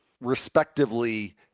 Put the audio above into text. respectively